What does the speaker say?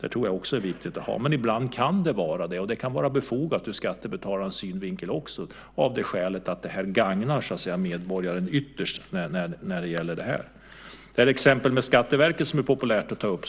Det tror jag också är viktigt. Men ibland kan det vara befogat ur skattebetalarnas synvinkel av det skälet att det gagnar medborgaren. Det här exemplet med Skatteverket, som är populärt att ta upp,